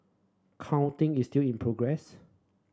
counting is still in progress